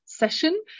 Session